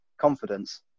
Confidence